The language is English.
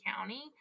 County